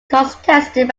contested